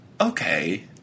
Okay